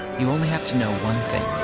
you only have to know one thing,